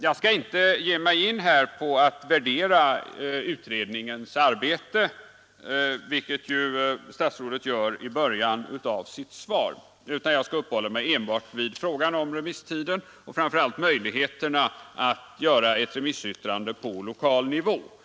Jag skall inte ge mig in på att värdera utredningens arbete, vilket ju statsrådet gör i början av sitt svar, utan skall uppehålla mig enbart vid frågan om remisstiden och framför allt möjligheterna att avge ett remissyttrande på lokal nivå.